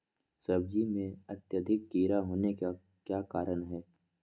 सब्जी में अत्यधिक कीड़ा होने का क्या कारण हैं?